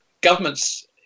governments